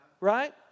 Right